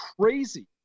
crazy